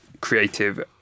creative